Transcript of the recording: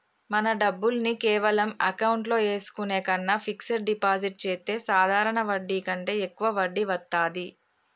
మన డబ్బుల్ని కేవలం అకౌంట్లో ఏసుకునే కన్నా ఫిక్సడ్ డిపాజిట్ చెత్తే సాధారణ వడ్డీ కంటే యెక్కువ వడ్డీ వత్తాది